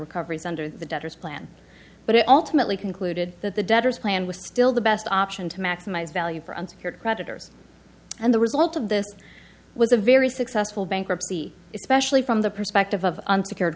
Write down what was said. recoveries under the debtors plan but it ultimately concluded that the debtors plan was still the best option to maximize value for unsecured creditors and the result of this was a very successful bankruptcy especially from the perspective of un